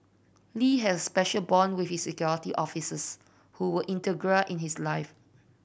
Lee has a special bond with his Security Officers who were integral in his life